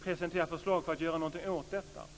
presenterar förslag för att göra något åt detta.